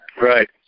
Right